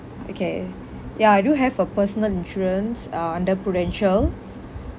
okay ya I do have a personal insurance uh under Prudential